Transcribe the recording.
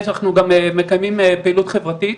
אנחנו מקיימים פעילות חברתית,